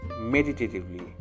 meditatively